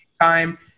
time